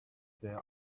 there